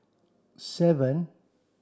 seven